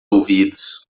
ouvidos